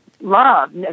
love